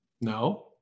No